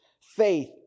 faith